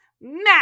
Max